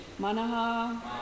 manaha